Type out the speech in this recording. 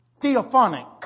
theophonic